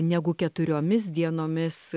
negu keturiomis dienomis